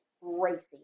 racing